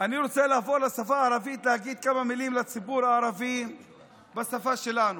אני רוצה לעבור לשפה הערבית ולהגיד כמה מילים לציבור הערבי בשפה שלנו.